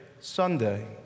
Sunday